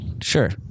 Sure